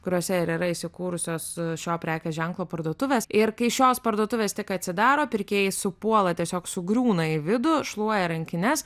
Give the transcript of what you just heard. kuriuose ir yra įsikūrusios šio prekės ženklo parduotuvės ir kai šios parduotuvės tik atsidaro pirkėjai supuola tiesiog sugriūna į vidų šluoja rankines